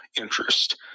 interest